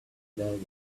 desert